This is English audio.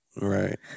Right